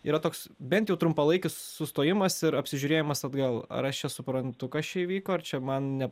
yra toks bent jau trumpalaikis sustojimas ir apsižiūrėjimas atgal ar aš čia suprantu kas čia įvyko ar čia man ne